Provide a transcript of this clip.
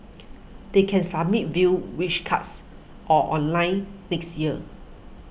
they can submit via Wish Cards or online next year